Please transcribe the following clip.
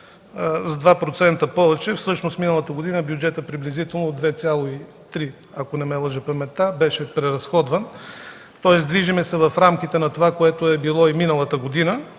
с 2% повече. Всъщност миналата година бюджетът приблизително от 2,3, ако не ме лъже паметта, беше преразходван. Тоест движим се в рамките на това, което е било и миналата година,